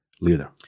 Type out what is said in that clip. leader